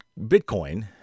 Bitcoin